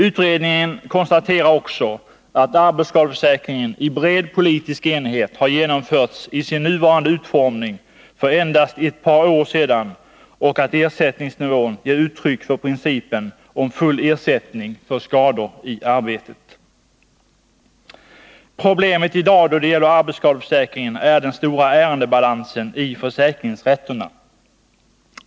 Utredningen konstaterade också att arbetsskadeförsäkringen i sin nuvarande utformning har genomförts i bred politisk enighet för endast ett par år sedan och att ersättningsnivån ger uttryck för principen om full ersättning för skador i arbetet. Problemet i dag då det gäller arbetsskadeförsäkringen är den stora ärendebalansen i försäkringsrätterna.